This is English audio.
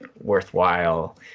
worthwhile